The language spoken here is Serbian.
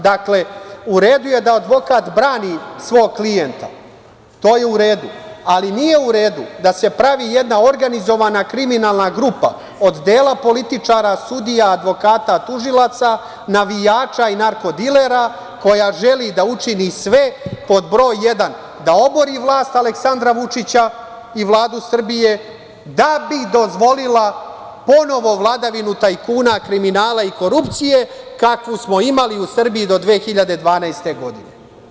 Dakle, u redu je da advokat brani svog klijenta, to je u redu, ali nije u redu da se pravi jedna organizovana kriminalna grupa od dela političara, sudija, advokata, tužilaca, navijača i narko-dilera, koja želi da učini sve, pod broj jedan, da obori vlast Aleksandra Vučića i Vladu Srbije, da bi dozvolila ponovo vladavinu tajkuna, kriminala i korupcije, kakvu smo imali u Srbiji do 2012. godine.